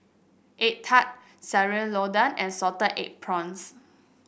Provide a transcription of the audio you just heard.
egg tart Sayur Lodeh and Salted Egg Prawns